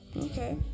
Okay